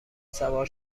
سوار